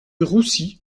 roussy